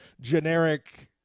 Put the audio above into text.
generic